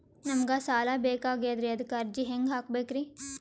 ನಮಗ ಸಾಲ ಬೇಕಾಗ್ಯದ್ರಿ ಅದಕ್ಕ ಅರ್ಜಿ ಹೆಂಗ ಹಾಕಬೇಕ್ರಿ?